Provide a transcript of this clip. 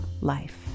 life